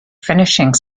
finishing